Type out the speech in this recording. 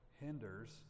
hinders